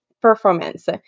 performance